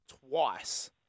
twice